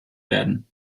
werden